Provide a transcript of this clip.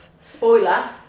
spoiler